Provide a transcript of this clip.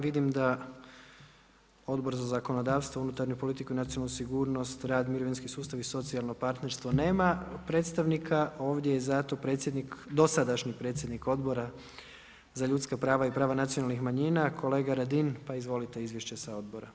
Vidim da Odbor za zakonodavstvo, unutarnju politiku i nacionalnu sigurnost, rad, mirovinski sustav i socijalno partnerstvo, nema predstavnika, ovdje je zato predsjednik, dosadašnji predsjednik Odbora za ljudska prava i prava nacionalnih manjina kolega Radin, pa izvolite, izvješće sa odbora.